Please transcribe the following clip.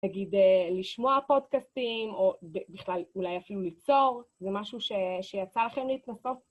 תגיד, לשמוע פודקאסטים, או בכלל, אולי אפילו ליצור, זה משהו שיצא לכם להתנסות?